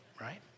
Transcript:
right